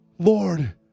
Lord